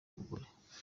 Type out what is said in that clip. umugore